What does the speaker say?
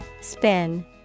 Spin